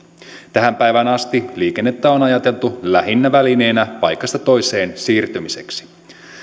tähän päivään asti liikennettä on ajateltu lähinnä välineenä paikasta toiseen siirtymiseksi